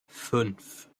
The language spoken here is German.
fünf